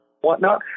whatnot –